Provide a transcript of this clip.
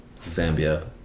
Zambia